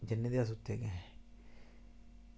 जन्ने बी अस उत्थें गै